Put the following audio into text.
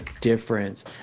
difference